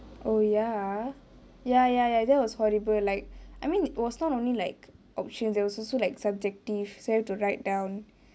oh ya ya ya ya that was horrible like I mean was not only like options it was also like subjective so have to write down